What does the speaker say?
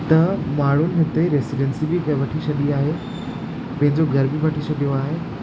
त माण्हुनि हुते रैसिडेंसी बि वठी छॾी आहे पंहिंजो घर बि वठी छॾियो आहे